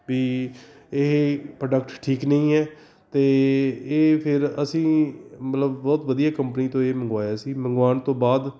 ਵੀ ਇਹ ਪ੍ਰੋਡਕਟ ਠੀਕ ਨਹੀਂ ਹੈ ਅਤੇ ਇਹ ਫਿਰ ਅਸੀਂ ਮਤਲਬ ਬਹੁਤ ਵਧੀਆ ਕੰਪਨੀ ਤੋਂ ਇਹ ਮੰਗਵਾਇਆ ਸੀ ਮੰਗਵਾਉਣ ਤੋਂ ਬਾਅਦ